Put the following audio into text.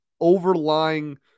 overlying